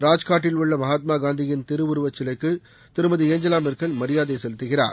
ராஜ்காட்டில் உள்ள மகாத்மா காந்தியின் திருவுருவச் சிலைக்கு திருமதி ஏஞ்சவா மெர்க்கல் மரியாதை செலுத்துகிறார்